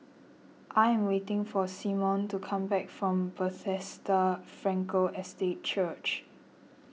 I am waiting for Symone to come back from Bethesda Frankel Estate Church